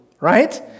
right